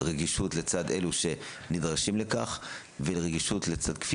רגישות לצד אלו שנדרשים לכך ורגישות כפי